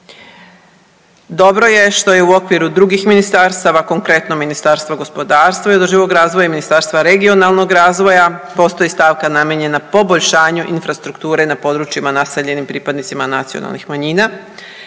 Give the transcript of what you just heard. Dobro je što je u okviru drugih ministarstava, konkretno Ministarstva gospodarstva i održivog razvoja i Ministarstva regionalnog razvoja postoji stavka namijenjena poboljšanju infrastrukture na područjima naseljenim pripadnicima nacionalnih manjina